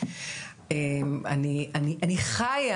אני חיה